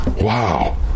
Wow